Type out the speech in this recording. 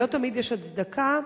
ולא תמיד יש הצדקה